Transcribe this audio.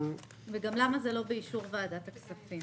וגם למה זה לא באישור ועדת הכספים?